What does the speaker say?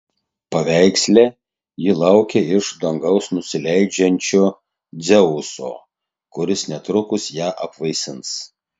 paveiksle ji laukia iš dangaus nusileidžiančio dzeuso kuris netrukus ją apvaisins